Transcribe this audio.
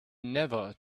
never